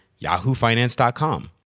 yahoofinance.com